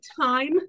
time